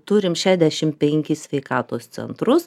turim šešdešim penkis sveikatos centrus